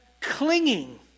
clinging